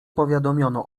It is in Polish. powiadomiono